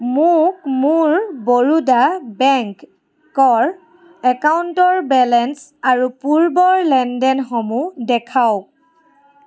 মোক মোৰ বৰোদা বেংকৰ একাউণ্টৰ বেলেঞ্চ আৰু পূৰ্বৰ লেনদেনসমূহ দেখুৱাওক